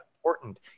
important